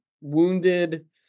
wounded